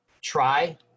try